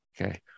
okay